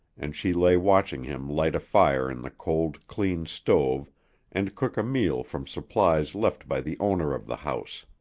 and she lay watching him light a fire in the cold, clean stove and cook a meal from supplies left by the owner of the house.